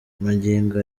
magingo